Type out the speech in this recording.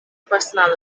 personal